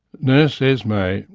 nurse esma,